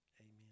Amen